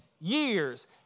years